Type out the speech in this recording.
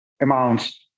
amounts